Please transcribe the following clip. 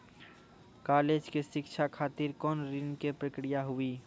College के शिक्षा खातिर कौन ऋण के प्रक्रिया हुई?